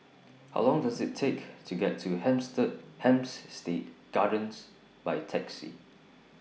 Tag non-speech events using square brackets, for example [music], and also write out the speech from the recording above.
How Long Does IT Take to get to [unintelligible] stead Gardens By Taxi